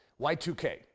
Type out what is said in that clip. Y2K